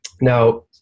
Now